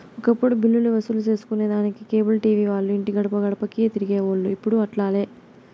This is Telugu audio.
ఒకప్పుడు బిల్లులు వసూలు సేసుకొనేదానికి కేబుల్ టీవీ వాల్లు ఇంటి గడపగడపకీ తిరిగేవోల్లు, ఇప్పుడు అట్లాలే